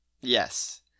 yes